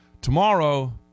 Tomorrow